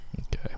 Okay